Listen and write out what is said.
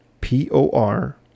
P-O-R